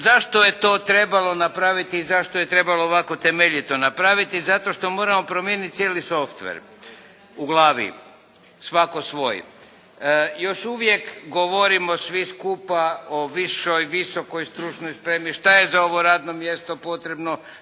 Zašto je to trebalo napraviti i zašto je trebalo ovako temeljito napraviti? Zato što moramo promijeniti cijeli softwer u glavi, svako svoj. Još uvijek govorimo svi skupa o višoj, visokoj stručnoj spremi, šta je za ovo radno mjesto potrebno,